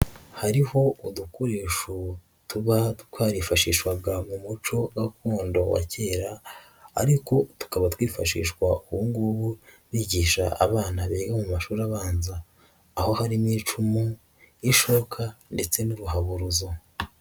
Hariho udukoresho tuba twarifashishwaga mu muco gakondo wa kera ariko tukaba twifashishwa ubungubu, bigisha abana bega mu mashuri abanza, aho harimo icumu, ishoka ndetse n'uruhaburuzo.